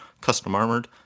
custom-armored